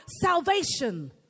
salvation